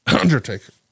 Undertaker